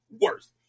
Worse